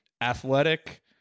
athletic